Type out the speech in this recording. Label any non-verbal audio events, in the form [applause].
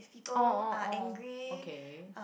[noise] orh orh orh okay